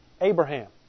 Abraham